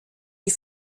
die